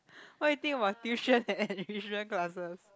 what you think about tuition and enrichment classes